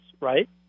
right